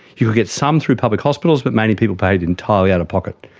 you could get some through public hospitals, but mainly people paid entirely out of pocket.